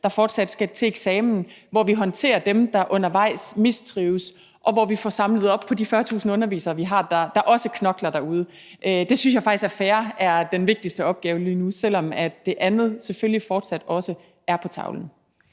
der fortsat skal til eksamen, og hvor vi håndterer dem, der undervejs mistrives, og hvor vi får samlet op på de 40.000 undervisere, vi har, der også knokler derude. Det synes jeg faktisk er fair at sige er den vigtigste opgave lige nu, selv om det andet selvfølgelig fortsat også er på tavlen.